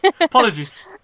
apologies